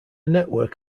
network